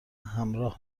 همراه